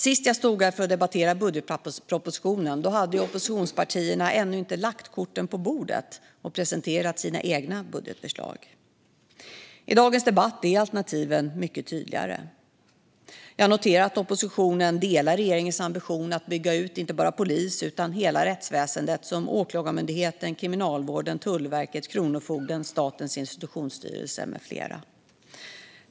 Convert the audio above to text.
Senast jag stod här för att debattera budgetpropositionen hade oppositionspartierna ännu inte lagt korten på bordet och presenterat sina egna budgetförslag. I dagens debatt är alternativen mycket tydligare. Jag noterar att oppositionen delar regeringens ambition att bygga ut inte bara polisen utan hela rättsväsendet: Åklagarmyndigheten, Kriminalvården, Tullverket, Kronofogden, Statens institutionsstyrelse med flera.